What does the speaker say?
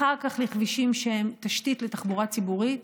אחר כך כבישים שהם תשתית לתחבורה ציבורית,